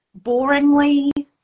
boringly